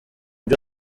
byo